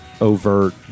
Overt